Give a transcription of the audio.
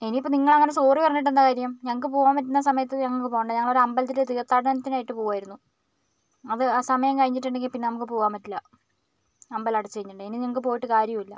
ഇനിയിപ്പം നിങ്ങളങ്ങനെ സോറി പറഞ്ഞിട്ടെന്താ കാര്യം ഞങ്ങൾക്ക് പോകാൻ പറ്റുന്ന സമയത്ത് ഞങ്ങൾക്ക് പോകണ്ടേ ഞങ്ങളൊരമ്പലത്തിൽ തീർത്ഥാടനത്തിനായിട്ട് പോകയായിരുന്നു അത് ആ സമയം കഴിഞ്ഞിട്ടുണ്ടെങ്കിൽ പിന്നെ നമുക്ക് പോകാൻ പറ്റില്ല അമ്പലം അടച്ചു കഴിഞ്ഞില്ലേ ഇനി ഞങ്ങൾക്ക് പോയിട്ട് കാര്യമില്ല